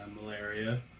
malaria